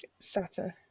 SATA